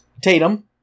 Tatum